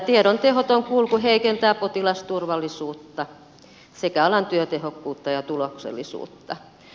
tiedon tehoton kulku heikentää potilasturvallisuutta sekä alan työtehokkuutta ja tuloksellisuutta